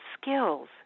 skills